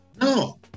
No